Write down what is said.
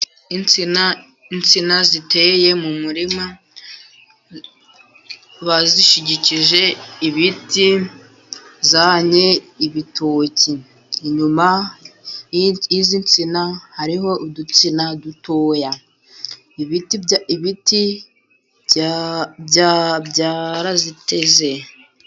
Insina, insina ziteye mu murima bazishyigikije ibiti, zannye ibitoki. Inyuma y'izi nsina hariho udutsina dutoya. Ibiti byaraziteze.